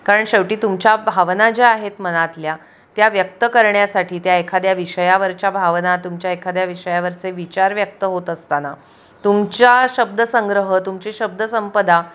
कारण शेवटी तुमच्या भावना ज्या आहेत मनातल्या त्या व्यक्त करण्यासाठी त्या एखाद्या विषयावरच्या भावना तुमच्या एखाद्या विषयावरचे विचार व्यक्त होत असताना तुमच्या शब्दसंग्रह तुमची शब्दसंपदा